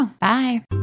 Bye